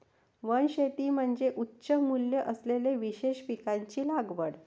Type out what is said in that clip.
वनशेती म्हणजे उच्च मूल्य असलेल्या विशेष पिकांची लागवड